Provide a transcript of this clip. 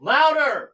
Louder